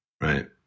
Right